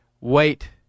Wait